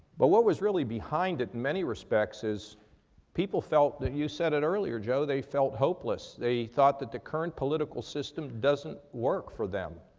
but what was really behind it in many respects is people felt that you said it earlier, joe they felt hopeless. they thought that the current political system doesn't work for them.